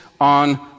on